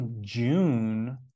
June